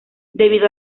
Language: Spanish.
debido